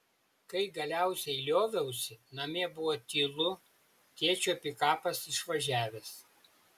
kai galiausiai lioviausi namie buvo tylu tėčio pikapas išvažiavęs